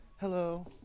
hello